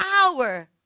power